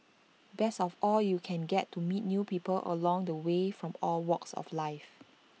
best of all you can get to meet new people along the way from all walks of life